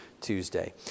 Tuesday